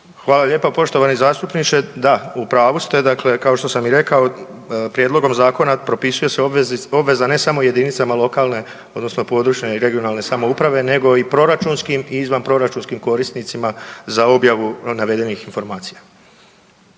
Hvala lijepo, poštovani zastupniče. Da, u pravu ste, dakle kao što sam i rekao, prijedlogom zakona propisuje se obveza ne samo jedinicama lokalne odnosno područne i regionalne samouprave nego i proračunskim i izvanproračunskim korisnicima za objavu navedenih informacija.